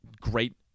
great